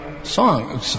Song